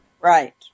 Right